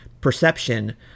perception